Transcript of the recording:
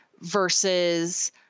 versus